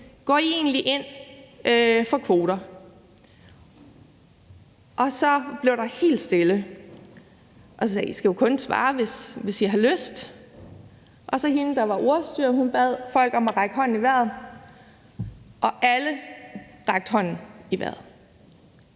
om de egentlig gik ind for kvoter. Så blev der helt stille, og jeg sagde: I skal jo kun svare, hvis I har lyst. Hende, der var ordstyrer, bad så folk om at række hånden i vejret, hvis de svarede